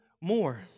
more